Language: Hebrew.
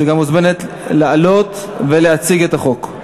שגם מוזמנת לעלות ולהציג את החוק.